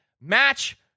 match